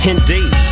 Indeed